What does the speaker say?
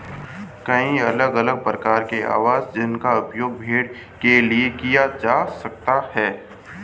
कई अलग अलग प्रकार के आवास हैं जिनका उपयोग भेड़ के लिए किया जा सकता है